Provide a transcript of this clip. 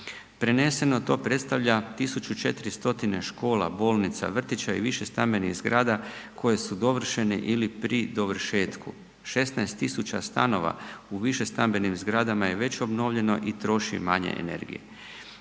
Preneseno to predstavlja 1.400 škola, bolnica, vrtića i više stambenih zgrada koje su dovršene ili pri dovršetku. 16.000 stanova u višestambenim zgradama je već obnovljeno i troši manje energije.